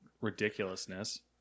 ridiculousness